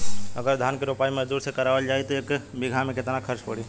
अगर धान क रोपाई मजदूर से करावल जाई त एक बिघा में कितना खर्च पड़ी?